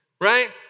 right